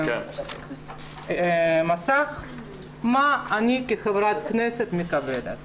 תראו מה אני כחברת כנסת מקבלת.